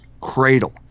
cradle